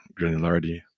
granularity